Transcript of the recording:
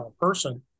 Person